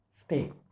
stay